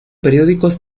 periódicos